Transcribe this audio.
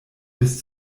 bis